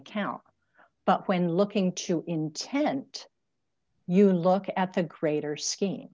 account but when looking to intent you look at the greater scheme